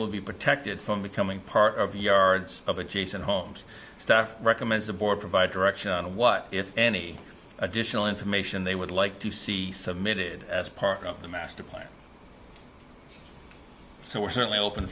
will be protected from becoming part of yards of adjacent homes staff recommends the board provide direction on what if any additional information they would like to see submitted as part of the master plan so we're certainly open